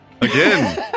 Again